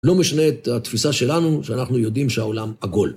לא משנה את התפיסה שלנו, שאנחנו יודעים שהעולם עגול.